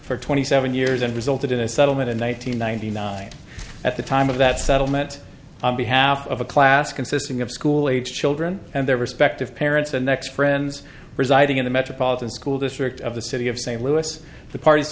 for twenty seven years and resulted in a settlement in one thousand nine hundred ninety at the time of that settlement on behalf of a class consisting of school age children and their respective parents the next friends residing in the metropolitan school district of the city of st louis the parties